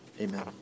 Amen